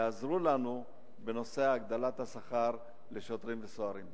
שיעזרו לנו בנושא הגדלת השכר לשוטרים ולסוהרים.